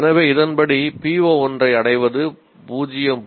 எனவே இதன்படி PO ஒன்றை அடைவது 0